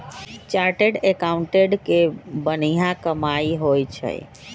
chartered accountant के बनिहा कमाई होई छई